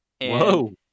Whoa